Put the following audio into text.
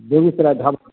Begusarai dhaba